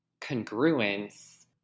congruence